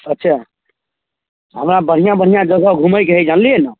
अच्छा हमरा बढ़िआँ बढ़िआँ जगह घुमैके हइ जानलिए ने